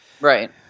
Right